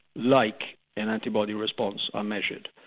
like an antibody response, are measured.